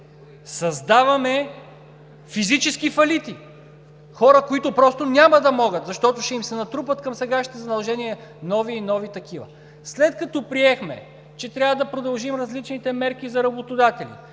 създаваме физически фалити – хора, които просто няма да могат, защото ще им се натрупат към сегашните задължения нови и нови такива. След като приехме, че трябва да продължим различните мерки за работодателите,